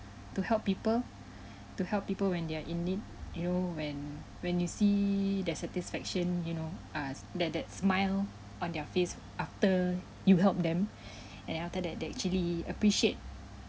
to help people to help people when they are in need you know when when you see their satisfaction you know uh that that smile on their face after you help them and then after that they actually appreciate